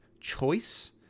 choice